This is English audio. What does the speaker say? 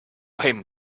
him